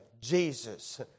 Jesus